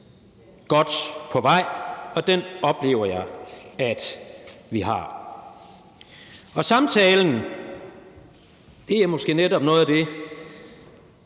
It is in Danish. godt på vej, og den oplever jeg at vi har. Kl. 19:42 Samtalen er måske netop noget af det,